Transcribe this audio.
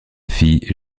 fille